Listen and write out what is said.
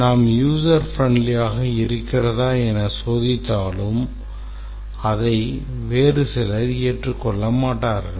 நாம் user friendly ஆக இருக்கிறதா என சோதித்தாலும் அதை வேறு சிலர் ஏற்றுக்கொள்ள மாட்டார்கள்